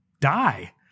die